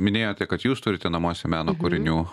minėjote kad jūs turite namuose meno kūrinių